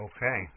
Okay